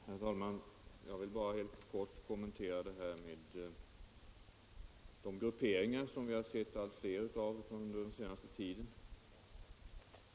Herr talman! Jag vill bara helt kort kommentera vad som sagts om de grupperingar som vi har sett allt fler av under den senaste tiden.